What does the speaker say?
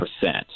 percent